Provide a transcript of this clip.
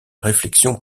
réflexion